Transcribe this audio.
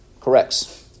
corrects